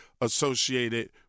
associated